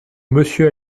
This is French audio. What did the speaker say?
monsieur